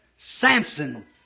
Samson